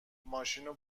ماشینو